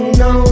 no